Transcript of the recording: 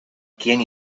quién